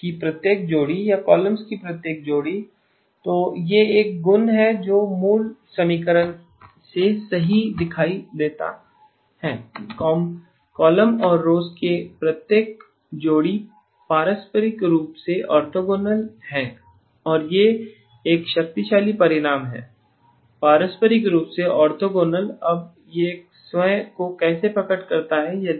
की प्रत्येक जोड़ी या कॉलम्स की जोड़ी है तो यह वह गुण है जो मूल समीकरणों से सही दिखाई देती है कॉलम्स और रोव्ज की प्रत्येक जोड़ी पारस्परिक रूप से ऑर्थोगोनल है यह एक शक्तिशाली परिणाम है पारस्परिक रूप से ऑर्थोगोनल अब यह स्वयं को कैसे प्रकट करता है